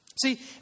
See